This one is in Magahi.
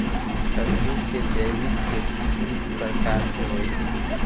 कददु के जैविक खेती किस प्रकार से होई?